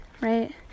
right